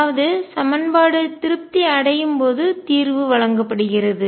அதாவது சமன்பாடு திருப்தி அடையும்போது தீர்வு வழங்கப்படுகிறது